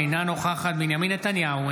אינה נוכחת בנימין נתניהו,